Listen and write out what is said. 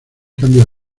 cambio